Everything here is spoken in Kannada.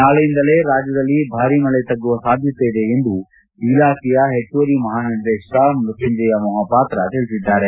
ನಾಳೆಯಿಂದಲೇ ರಾಜ್ವದಲ್ಲಿ ಭಾರೀ ಮಳೆ ತಗ್ಗುವ ಸಾಧ್ಯತೆ ಇದೆ ಎಂದು ಇಲಾಖೆಯ ಹೆಚ್ಚುವರಿ ಮಹಾನಿರ್ದೇಶಕ ಮೃತ್ಖುಂಜಯ ಮೊಹಾಪಾತ್ರ ತಿಳಿಸಿದ್ದಾರೆ